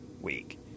week